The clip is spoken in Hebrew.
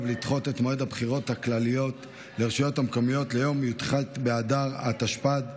לדחות את מועד הבחירות הכלליות לרשויות המקומיות ליום י"ח באדר התשפ"ד,